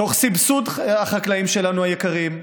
תוך סבסוד החקלאים שלנו, היקרים,